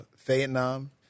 Vietnam